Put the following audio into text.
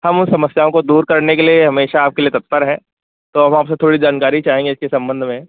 हम उन समस्याओं को दूर करने के लिए हमेशा आपके लिए तत्पर हैं तो हम आपसे थोड़ी जानकारी चाहेंगे इसके संबंध में